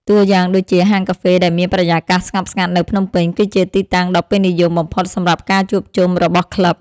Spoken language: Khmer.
តួយ៉ាងដូចជា ហាងកាហ្វេដែលមានបរិយាកាសស្ងប់ស្ងាត់នៅភ្នំពេញ គឺជាទីតាំងដ៏ពេញនិយមបំផុតសម្រាប់ការជួបជុំរបស់ក្លឹប។